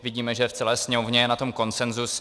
Vidíme, že v celé sněmovně je na tom konsenzus.